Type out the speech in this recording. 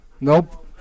Nope